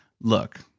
look